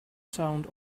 sound